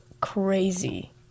crazy